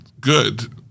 good